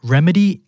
Remedy